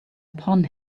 upon